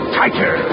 tighter